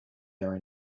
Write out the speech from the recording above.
their